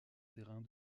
terrains